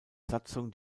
satzung